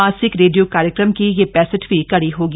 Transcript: मासिक रेडियो कार्यक्रम की यह पैंसठवीं कड़ी होगी